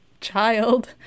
child